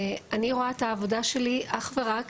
אני רואה בעבודה שלי אך ורק